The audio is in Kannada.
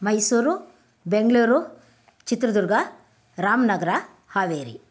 ಮೈಸೂರು ಬೆಂಗಳೂರು ಚಿತ್ರದುರ್ಗ ರಾಮನಗರ ಹಾವೇರಿ